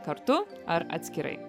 kartu ar atskirai